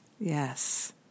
Yes